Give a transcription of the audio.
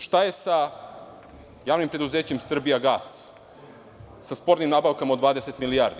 Šta je sa javnim preduzećem „Srbijagas“, sa spornim nabavkama od 20 milijardi.